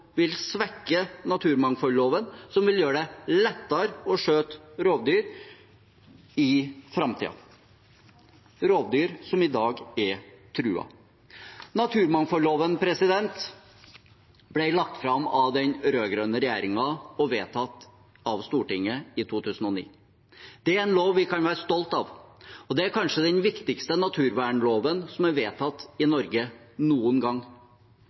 vil svekke naturmangfoldloven, som vil gjøre det lettere å skyte rovdyr i framtiden – rovdyr som i dag er truet. Naturmangfoldloven ble lagt fram av den rød-grønne regjeringen og vedtatt av Stortinget i 2009. Det er en lov vi kan være stolte av, og det er kanskje den viktigste naturvernloven som er vedtatt i Norge noen gang.